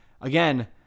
Again